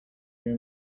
your